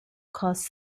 caused